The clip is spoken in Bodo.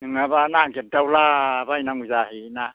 नङाब्ला नागिरदावलाबायनांगौ जाहैयोना